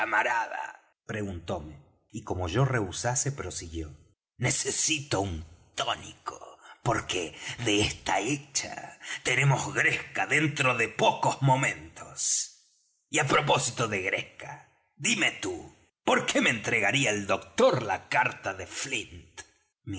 camarada preguntóme y como yo rehusase prosiguió necesito un tónico porque de esta hecha tenemos gresca dentro de pocos momentos y á propósito de gresca dime tú por qué me entregaría el doctor la carta de flint